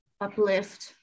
uplift